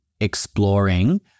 exploring